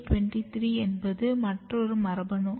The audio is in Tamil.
GATA23 என்பது மற்றொரு மரபணு